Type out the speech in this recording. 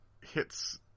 hits